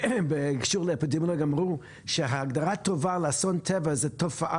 בקשר לאפידמיולוגיה שאמרו שהגדרה טובה לאסון טבע זו תופעה